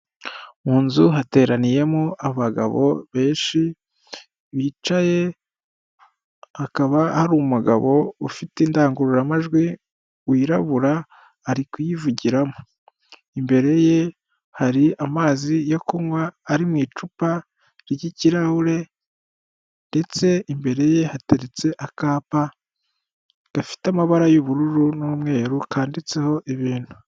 Mu nzu hateraniyemo abagabo benshi bicaye hakaba hari umugabo ufite indangururamajwi wirabura ari kuyivugiramo, imbere ye hari amazi yo kunywa ari mu icupa ry'ikirahure ndetse imbere ye hateretse akapa gafite amabara y'ubururu n'umweru kanditseho ibintu.